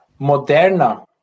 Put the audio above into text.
Moderna